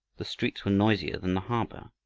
the streets were noisier than the harbor.